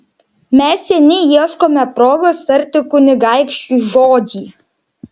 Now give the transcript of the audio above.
mes seniai ieškome progos tarti kunigaikščiui žodį